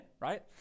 right